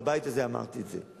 אז בבית הזה אמרתי את זה: